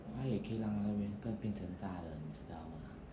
拿了也可以让他变成大的你知道吗